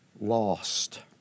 lost